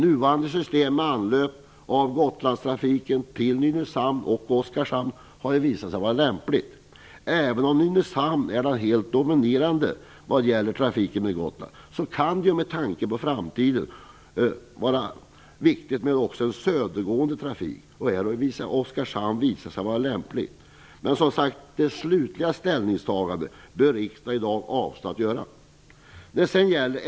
Nuvarande system med anlöp av Gotlandstrafiken till Nynäshamn och Oskarshamn har ju visat sig vara lämpligt. Även om Nynäshamn är helt dominerande vad gäller trafiken till Gotland kan det med tanke på framtiden vara viktigt även med en södergående trafik. Här har Oskarshamn visat sig vara lämplig. Men det slutliga ställningstagandet bör riksdagen i dag avstå ifrån.